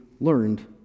learned